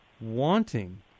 wanting